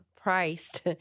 priced